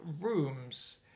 rooms